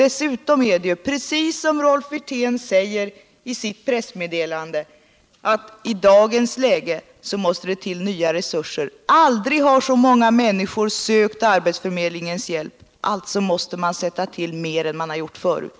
Dessutom är det, precis som Rolf Wirtén säger i sitt pressmeddelande, så att i dagens läge måste det till nya resurser. Aldrig har så många människor sökt arbetsförmedlingens hjälp. Alltså måste man sätta till mer än man har gjort förut.